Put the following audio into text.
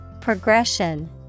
Progression